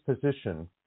position